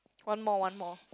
one more one more